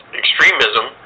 extremism